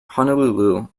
honolulu